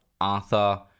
Arthur